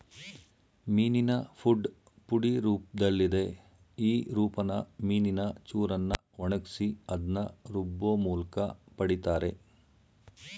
ಮೀನಿನ ಫುಡ್ ಪುಡಿ ರೂಪ್ದಲ್ಲಿದೆ ಈ ರೂಪನ ಮೀನಿನ ಚೂರನ್ನ ಒಣಗ್ಸಿ ಅದ್ನ ರುಬ್ಬೋಮೂಲ್ಕ ಪಡಿತಾರೆ